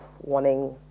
wanting